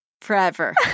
forever